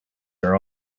are